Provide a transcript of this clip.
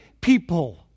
people